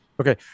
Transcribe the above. Okay